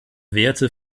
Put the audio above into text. werte